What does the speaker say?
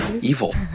Evil